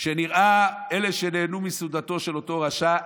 כשנראה שאלו נהנו מסעודתו של אותו רשע,